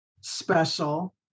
special